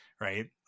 right